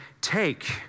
take